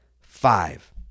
Five